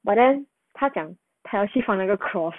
but then 他讲他要去放那个 cross